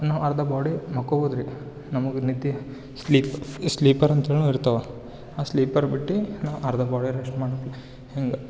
ನಾವು ಅರ್ಧ ಬಾಡಿ ಮಲ್ಕೋಬೋದ್ ರೀ ನಮಗೆ ನಿದ್ದೆ ಸ್ಲೀಪ್ ಸ್ಲೀಪರ್ ಅಂತ ಹೇಳೋನವು ಇರ್ತಾವೆ ಆ ಸ್ಲೀಪರ್ ಬಿಟ್ಟು ನಾವು ಅರ್ಧ ಬಾಡಿ ರೆಸ್ಟ್ ಮಾಡ್ತಿ ಹಿಂಗೆ